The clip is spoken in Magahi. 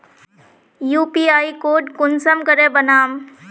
यु.पी.आई कोड कुंसम करे बनाम?